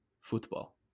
football